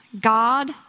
God